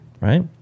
right